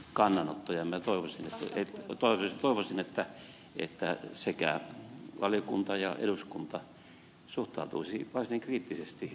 minä toivoisin että sekä valiokunta että eduskunta suhtautuisivat varsin kriittisesti meidän eläkejärjestelmämme valvontakysymyksiin ja valvonnan puutteisiin myöskin kaikkeen siihen sijoitustoimintaan jota harjoitetaan